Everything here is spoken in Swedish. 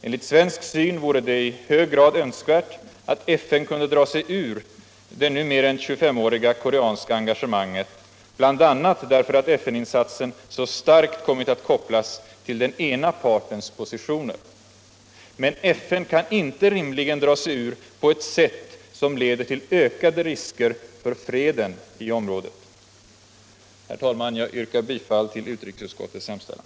Enligt svensk syn vore det i hög grad önskvärt att FN kunde dra sig ur det nu mer än 25-åriga koreanska engagemanget, bl.a. därför att FN-insatsen så starkt kommit att kopplas till den ena partens positioner. Men FN kan inte rimligen dra sig ur på ett sätt som leder till ökade risker för freden i området. Herr talman! Jag yrkar bifall till utrikesutskottets hemställan.